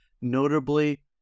notably